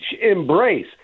embrace